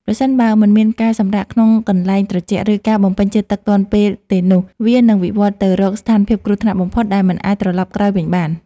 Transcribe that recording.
ប្រសិនបើមិនមានការសម្រាកក្នុងកន្លែងត្រជាក់ ឬការបំពេញជាតិទឹកទាន់ពេលទេនោះ វានឹងវិវត្តទៅរកស្ថានភាពគ្រោះថ្នាក់បំផុតដែលមិនអាចត្រឡប់ក្រោយវិញបាន។